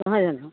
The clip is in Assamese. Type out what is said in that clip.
নহয় জানো